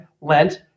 lent